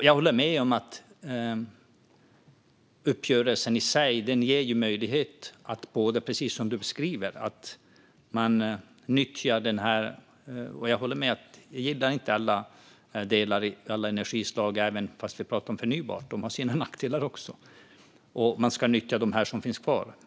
Jag håller med om att uppgörelsen i sig ger möjlighet att, precis som du beskriver, nyttja båda. Jag gillar inte heller alla delar i alla energislag även om vi talar om förnybart - det har också sina nackdelar - och jag tycker att man ska nyttja de energislag som finns kvar.